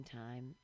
time